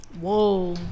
Whoa